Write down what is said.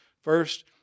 first